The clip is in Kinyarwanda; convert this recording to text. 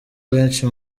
benshi